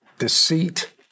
Deceit